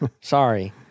Sorry